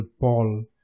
Paul